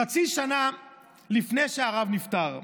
חצי שנה לפני שהרב נפטר,